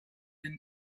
been